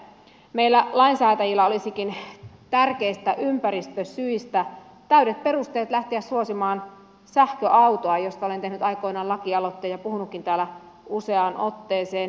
meillä lainsäätäjillä olisikin tärkeistä ympäristösyistä täydet perusteet lähteä suosimaan sähköautoa josta olen tehnyt aikoinaan lakialoitteen ja puhunutkin täällä useaan otteeseen